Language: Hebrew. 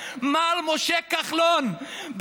מר משה כחלון,